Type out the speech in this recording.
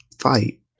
fight